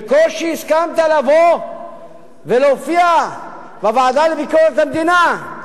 בקושי הסכמת לבוא ולהופיע בוועדה לביקורת המדינה.